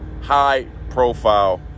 high-profile